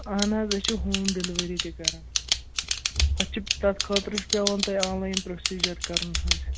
اہَن حظ أسۍ چھِ ہوٗم ڈِلؤری تہِ کَران أسۍ چھِ تَتھ خٲطرٕ چھُ پیٚوان تۄہہِ آن لاین پرٛوسیٖجَر کَرُن حظ